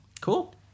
Cool